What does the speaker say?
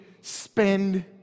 spend